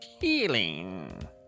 Healing